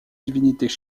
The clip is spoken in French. divinités